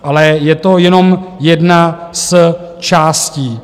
Ale je to jenom jedna z částí.